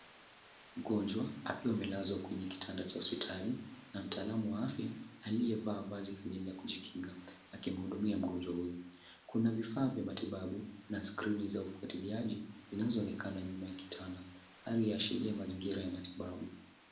Mngonjwa akiwa ameleswa kwenye kitanda cha hospitali na mtaalamu wa afya aliyevaa vazi kamili ya kujinga akimtumia mngonjwa huyu. Kuna vifaa vya matibabu na skrini za kufwatiliaji zinaonekana nyuma ya kitanda, hali inaashiria mazingira ya matibabu.